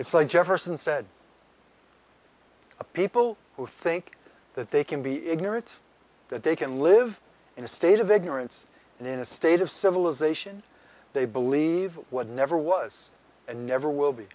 it's like jefferson said people who think that they can be ignorant that they can live in a state of ignorance and in a state of civilization they believe what never was and never will be